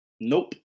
Nope